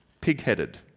pig-headed